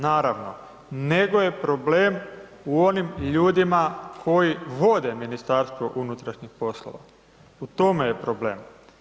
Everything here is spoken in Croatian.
Naravno, nego je problem u onim ljudima, koji vode Ministarstvo unutrašnjih poslova, u tome je problem.